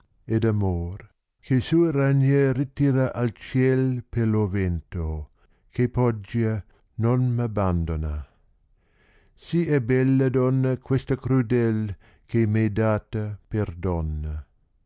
ed amor che sue ragne ritira al ciel per lo vento che poggia nun ra abbandona sì è bella donna questa crudel che m è data per donnaw